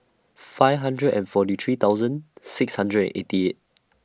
five hundred and forty three thousand six hundred and eighty eight